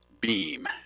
beam